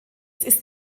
ist